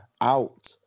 out